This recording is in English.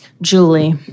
Julie